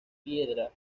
piedra